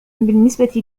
بالنسبة